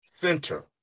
center